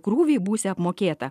krūvį būsią apmokėta